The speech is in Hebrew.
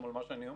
על מי הסמכות,